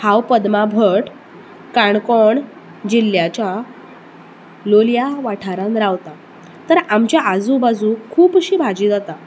हांव पद्मा भट काणकोण जिल्याच्या लोलयां वाठारांत रावता तर आमच्या आजूबाजूक खूब अशी भाजी जाता